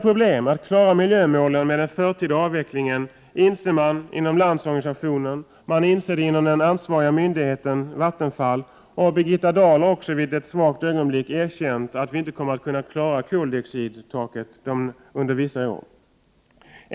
Problemet att klara miljömålen med den förtida avvecklingen inser LO och den ansvariga myndigheten, Vattenfall. Birgitta Dahl har också i ett svagt ögonblick erkänt att vi inte kommer att klara koldioxidtaket under vissa år.